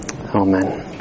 Amen